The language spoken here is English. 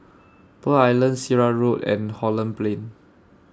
Pearl Island Sirat Road and Holland Plain